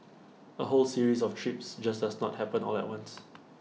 A whole series of trips just does not happen all at once